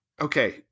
Okay